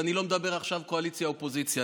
ואני לא מדבר עכשיו קואליציה אופוזיציה.